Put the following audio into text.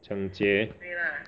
抢劫